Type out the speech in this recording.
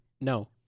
No